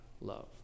love